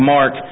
Mark